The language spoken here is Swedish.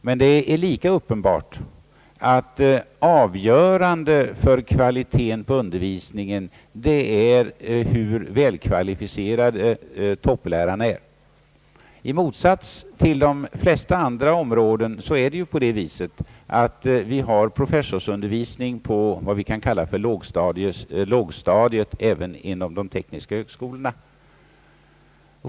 Men det är lika uppenbart att avgörande för kvaliteten på undervisningen är hur välkvalificerade topplärarna är. I motsats till de flesta andra områden har vi ju professorsundervisning även på vad vi kallar lågstadiet inom de tekniska högskolorna.